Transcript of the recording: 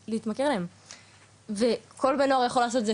להתמכר אליהם וכל בן נוער יכול לעשות את זה,